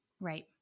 Right